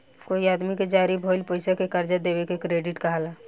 कोई आदमी के जारी भइल पईसा के कर्जा के क्रेडिट कहाला